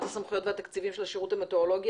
הסמכויות והתקציבים של השירות המטאורולוגי.